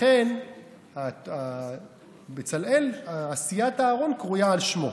לכן בצלאל, עשיית הארון קרויה על שמו.